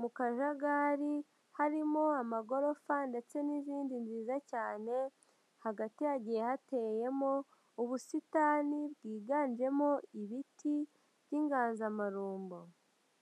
mu kajagari, harimo amagorofa ndetse n'izindi nziza cyane, hagati hagiye hateyemo ubusitani bwiganjemo ibiti by'inganzamarumbo.